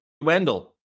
Wendell